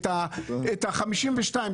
ה-52,